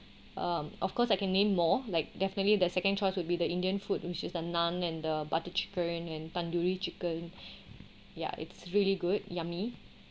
um of course I can name more like definitely the second choice will be the indian food which is the naan and the butter chicken and tandoori chicken ya it's really good yummy